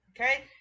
okay